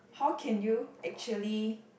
how can you actually